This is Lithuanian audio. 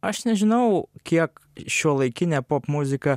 aš nežinau kiek šiuolaikinė popmuzika